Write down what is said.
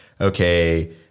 okay